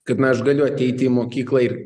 kad na aš galiu ateiti į mokyklą ir